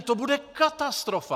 To bude katastrofa!